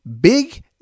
Big